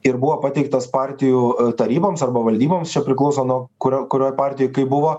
ir buvo pateiktas partijų taryboms arba valdyboms čia priklauso nuo kurio kurioj partijoj kaip buvo